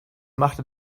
machte